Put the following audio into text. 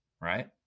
right